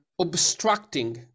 obstructing